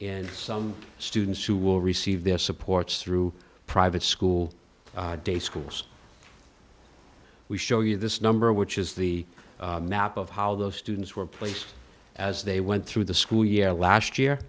and some students who will receive their supports through private school day schools we show you this number which is the map of how those students were placed as they went through the school year last year